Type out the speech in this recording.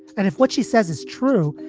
and if what she says is true,